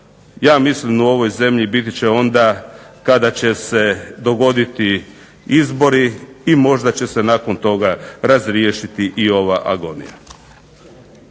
ja mislim u ovoj zemlji biti će onda kada će se dogoditi izbori i možda će se nakon toga razriješiti i ova agonija.